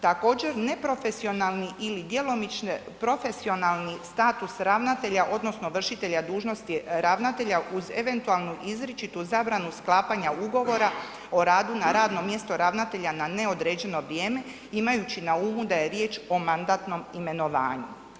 Također, neprofesionalni li djelomično profesionalni status ravnatelja odnosno vršitelja dužnosti ravnatelja uz eventualnu izričitu zabranu sklapanja ugovora o radu na radnom mjestu ravnatelja na neodređeno vrijeme imajući na umu da je riječ o mandatnom imenovanju.